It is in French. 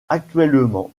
actuellement